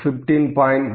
15